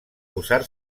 posar